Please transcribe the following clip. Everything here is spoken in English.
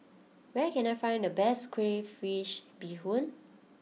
where can I find the best Crayfish Beehoon